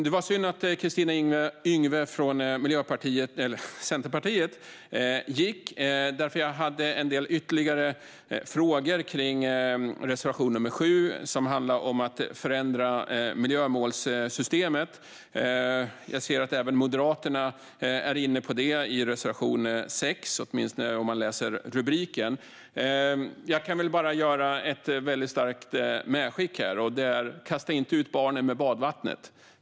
Det var synd att Kristina Yngwe från Centerpartiet gick, för jag hade en del ytterligare frågor kring reservation nr 7, som handlar om att förändra miljömålssystemet. Jag ser att även Moderaterna är inne på detta i reservation 6, åtminstone om man läser rubriken. Jag kan väl bara göra ett väldigt starkt medskick här: Kasta inte ut barnet med badvattnet!